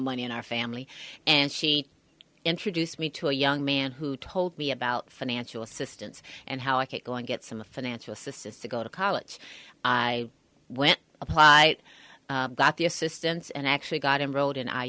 money in our family and she introduced me to a young man who told me about financial assistance and how i could go and get some of financial assistance to go to college i went apply got the assistance and actually got enrolled in